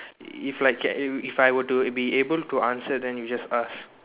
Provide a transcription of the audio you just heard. if like K if I were to be able to answer then you just ask